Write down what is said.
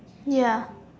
ya